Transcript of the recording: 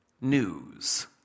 news